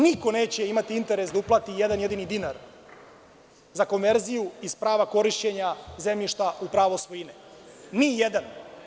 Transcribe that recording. Niko neće imati interes da uplati jedan jedini dinar za konverziju iz prava korišćenja zemljišta u pravo svojine, nijedan.